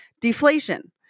Deflation